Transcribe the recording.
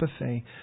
buffet